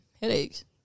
headaches